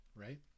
right